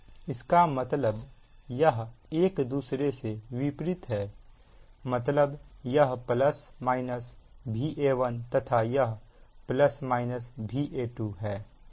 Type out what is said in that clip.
इसका मतलब यह एक दूसरे से विपरीत है मतलब यह प्लस माइनस Va1 तथा यह प्लस माइनस Va2 है